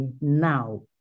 now